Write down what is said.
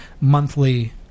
monthly